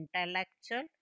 intellectual